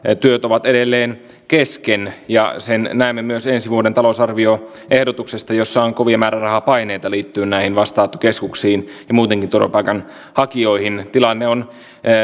työt ovat edelleen kesken sen näemme myös ensi vuoden talousarvioehdotuksesta jossa on kovia määrärahapaineita liittyen näihin vastaanottokeskuksiin ja muutenkin turvapaikanhakijoihin tilanne on